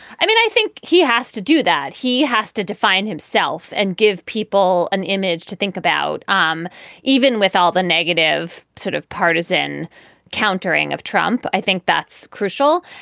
i mean, i think he has to do that. he has to define himself and give people an image to think about, um even with all the negative sort of partisan countering of trump. i think that's crucial.